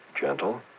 gentle